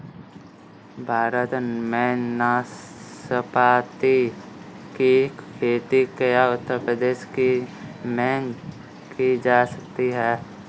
भारत में नाशपाती की खेती क्या उत्तर प्रदेश में की जा सकती है?